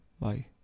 Bye